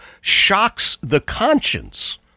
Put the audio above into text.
shocks-the-conscience